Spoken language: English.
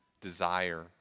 desire